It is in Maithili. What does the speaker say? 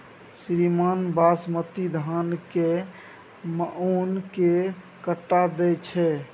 श्रीमान बासमती धान कैए मअन के कट्ठा दैय छैय?